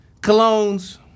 Colognes